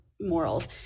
morals